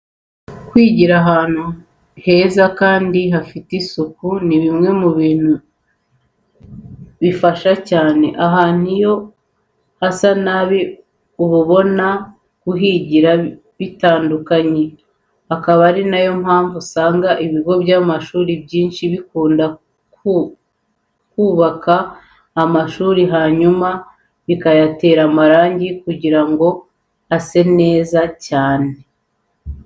Kwigira ahantu heza kandi hafite isuku ni bimwe mu bintu bifasha cyane. Ahantu iyo hasa nabi uba ubona kuhigira bitakunyuze, akaba ari yo mpamvu usanga ibigo by'amashuri byinshi bikunda kubaka amashuri hanyuma bikayatera amarangi kugira ngo ase neza cyane.